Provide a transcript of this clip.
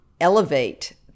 elevate